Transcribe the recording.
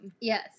Yes